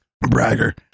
Bragger